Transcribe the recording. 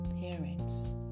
parents